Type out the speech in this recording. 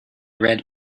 red